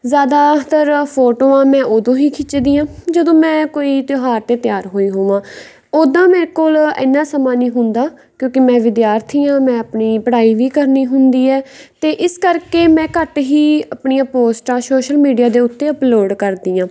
ਜ਼ਿਆਦਾਤਰ ਫੋਟੋਆਂ ਮੈਂ ਉਦੋਂ ਹੀ ਖਿੱਚਦੀ ਹਾਂ ਜਦੋਂ ਮੈਂ ਕੋਈ ਤਿਉਹਾਰ 'ਤੇ ਤਿਆਰ ਹੋਈ ਹੋਵਾਂ ਉੱਦਾਂ ਮੇਰੇ ਕੋਲ ਇੰਨਾ ਸਮਾਂ ਨਹੀਂ ਹੁੰਦਾ ਕਿਉਂਕਿ ਮੈਂ ਵਿਦਿਆਰਥੀ ਹਾਂ ਮੈਂ ਆਪਣੀ ਪੜ੍ਹਾਈ ਵੀ ਕਰਨੀ ਹੁੰਦੀ ਹੈ ਤਾਂ ਇਸ ਕਰਕੇ ਮੈਂ ਘੱਟ ਹੀ ਆਪਣੀਆਂ ਪੋਸਟਾਂ ਸੋਸ਼ਲ ਮੀਡੀਆ ਦੇ ਉੱਤੇ ਅਪਲੋਡ ਕਰਦੀ ਹਾਂ